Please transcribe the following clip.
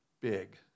big